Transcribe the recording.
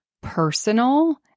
personal